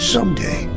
Someday